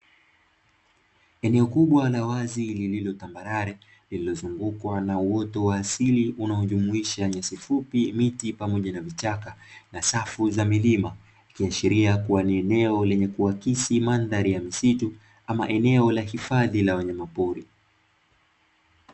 Eneo kubwa la wazi lililo tambalale, lililozungukwa na uoto wa asili unaojumuisha nyasi fupi, miti pamoja na vichaka na safu za milima ikiashiria kuwa ni eneo lenye kuakisi mandhari ya misitu ama eneo la hifadhi la wanyama pori.